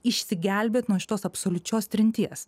išsigelbėt nuo šitos absoliučios trinties